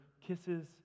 kisses